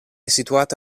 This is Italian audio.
situato